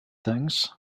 things